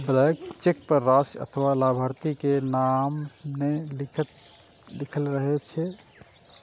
blank cheque पर राशि अथवा लाभार्थी के नाम नै लिखल रहै छै